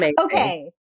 Okay